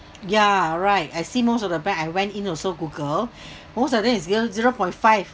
yeah right I see most of the bank I went in also google most of them is zero zero point five